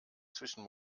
zwischen